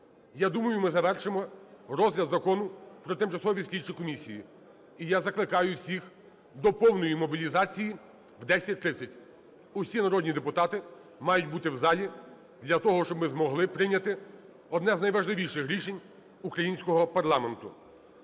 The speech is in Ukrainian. я думаю, ми завершимо розгляд Закону про тимчасові слідчі комісії. І я закликаю всіх до повної мобілізації о 10:30. Усі народні депутати мають бути в залі для того, щоб ми змогли прийняти одне з найважливіших рішень українського парламенту.